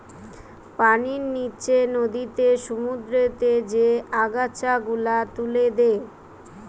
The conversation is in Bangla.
পানির নিচে নদীতে, সমুদ্রতে যে আগাছা গুলা তুলে দে